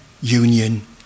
union